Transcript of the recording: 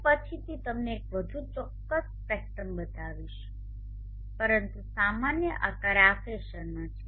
હું પછીથી તમને એક વધુ ચોક્કસ સ્પેક્ટ્રમ બતાવીશ પરંતુ સામાન્ય આકાર આ ફેશનમાં છે